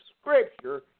Scripture